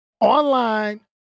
Online